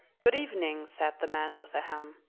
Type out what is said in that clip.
good-evening, said the man with the ham.